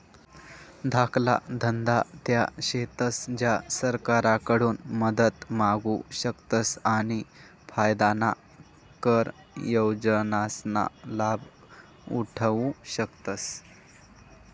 धाकला धंदा त्या शेतस ज्या सरकारकडून मदत मांगू शकतस आणि फायदाना कर योजनासना लाभ उठावु शकतस